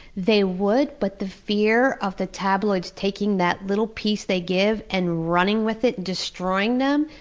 they would, but the fear of the tabloids taking that little piece they give and running with it, destroying them,